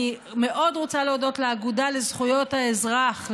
אני מאוד רוצה להודות לאגודה לזכויות האזרח,